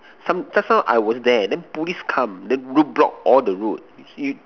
some just now I was there then police come then road block all the route